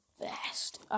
best